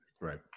Right